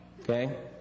okay